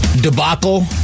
Debacle